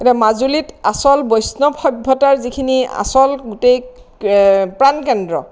এতিয়া মাজুলীত আচল বৈষ্ণৱ সভ্যতাৰ যিখিনি আচল গোটেই প্ৰাণকেন্দ্ৰ